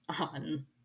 on